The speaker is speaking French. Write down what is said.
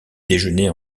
déjeuner